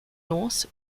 norse